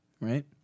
right